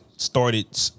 started